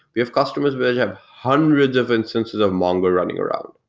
we have customers which have hundreds of instances of mongo running around,